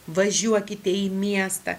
važiuokite į miestą